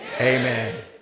amen